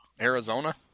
Arizona